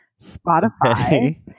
Spotify